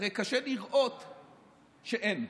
הרי קשה לראות שאין.